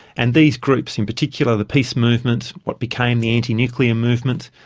and these groups in particular the peace movement, what became the antinuclear movement,